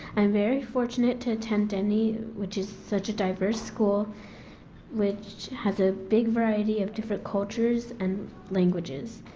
i'm very fortunate to attend denny which is such a diverse school which has a big variety of different cultures and languages.